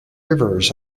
rivers